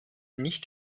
nicht